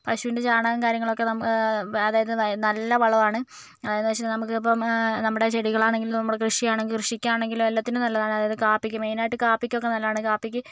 പശുവിൻ്റെ ചാണകം കാര്യങ്ങളൊക്കെ നമുക്ക് അതായത് നല്ല വളമാണ് അതായതെന്നു വെച്ചിട്ടുണ്ടെങ്കിൽ നമുക്ക് നമ്മുടെ ചെടികളാണെങ്കിലും നമ്മുടെ കൃഷി ആണെങ്കിലും കൃഷിക്കാണെങ്കിലും എല്ലാറ്റിനും നല്ലതാണ് അതായത് കാപ്പിക്ക് മെയിനായിട്ട് കാപ്പിക്കൊക്കെ നല്ലതാണു കാപ്പിക്ക്